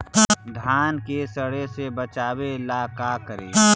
धान के सड़े से बचाबे ला का करि?